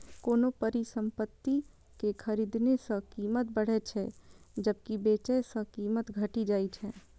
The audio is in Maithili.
कोनो परिसंपत्ति कें खरीदने सं कीमत बढ़ै छै, जबकि बेचै सं कीमत घटि जाइ छै